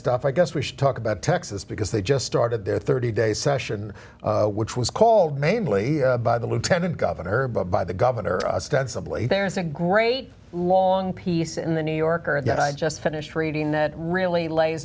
stuff i guess we should talk about texas because they just started their thirty day session which was called mainly by the lieutenant governor but by the governor us pensively there's a great long piece in the new yorker and i just finished reading that really lays